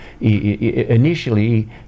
Initially